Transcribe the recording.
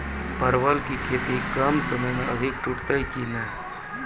परवल की खेती कम समय मे अधिक टूटते की ने?